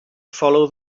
follow